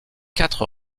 quatre